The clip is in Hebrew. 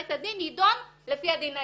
בית הדין ידון לפי הדין האזרחי,